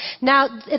Now